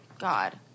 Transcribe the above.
god